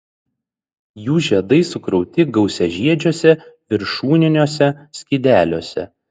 jų žiedai sukrauti gausiažiedžiuose viršūniniuose skydeliuose